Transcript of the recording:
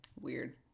Weird